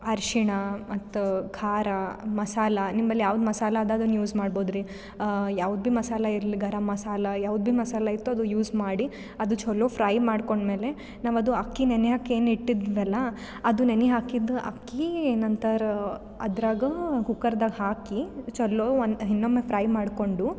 ಅರಿಶಿಣ ಮತ್ತು ಖಾರ ಮಸಾಲ ನಿಮ್ಮಲ್ಲಿ ಯಾವ್ದು ಮಸಾಲ ಅದಾದ ಅದನ್ನ ಯೂಸ್ ಮಾಡಬಹುದ್ರಿ ಯಾವ್ದು ಬಿ ಮಸಾಲ ಇರಲಿ ಗರಂ ಮಸಾಲ ಯಾವ್ದು ಬಿ ಮಸಾಲ ಇತ್ತೊ ಅದು ಯೂಸ್ ಮಾಡಿ ಅದು ಚಲೊ ಫ್ರೈ ಮಾಡ್ಕೊಂಡಮೇಲೆ ನಾವದು ಅಕ್ಕಿ ನೆನೆ ಹಾಕಿ ಏನು ಇಟ್ಟಿದ್ವಲ್ಲ ಅದು ನೆನೆ ಹಾಕಿದ್ದು ಅಕ್ಕಿ ನಂತರ ಅದ್ರಾಗ ಕುಕ್ಕರ್ದಾಗ ಹಾಕಿ ಚಲೋ ಒನ್ ಇನ್ನೊಮ್ಮೆ ಫ್ರೈ ಮಾಡಿಕೊಂಡು